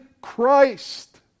Christ